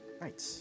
Right